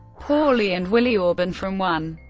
pauli and willi orban from one.